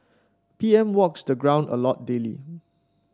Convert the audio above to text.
P M walks the ground a lot daily